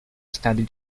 study